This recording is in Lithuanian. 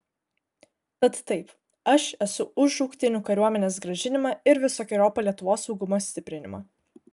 tad taip aš esu už šauktinių kariuomenės grąžinimą ir visokeriopą lietuvos saugumo stiprinimą